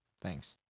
Thanks